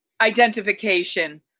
identification